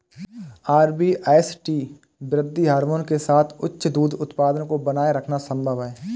RBST वृद्धि hormone के साथ उच्च दूध उत्पादन को बनाए रखना संभव है